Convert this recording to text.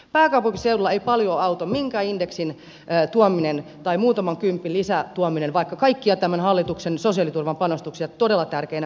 pääkaupunkiseudulla ei paljoa auta minkään indeksin tuominen tai muutaman kympin lisätuominen vaikka kaikkia tämän hallituksen sosiaaliturvan panostuksia todella tärkeinä pidänkin